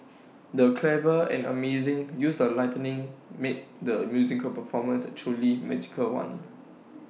the clever and amazing use of lighting made the musical performance A truly magical one